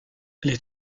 les